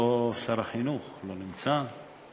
איפה שר החינוך, לא נמצא?